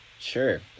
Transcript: Sure